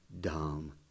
dumb